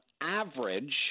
average –